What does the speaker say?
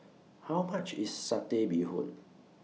How much IS Satay Bee Hoon